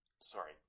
sorry